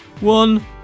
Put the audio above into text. One